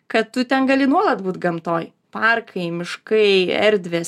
kad tu ten gali nuolat būt gamtoj parkai miškai erdvės